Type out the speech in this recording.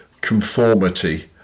conformity